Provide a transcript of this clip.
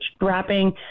wrapping